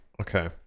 Okay